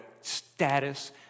status